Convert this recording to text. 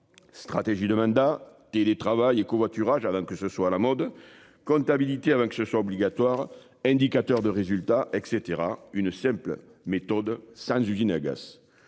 Stratégie demanda télétravail. Et covoiturage avant que ce soit à la mode comptabilité avant que ce soit obligatoire. Indicateurs de résultats etc. Une simple méthode sans usine agace.